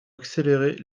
accélérer